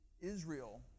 israel